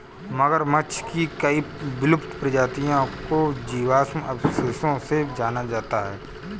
मगरमच्छ की कई विलुप्त प्रजातियों को जीवाश्म अवशेषों से जाना जाता है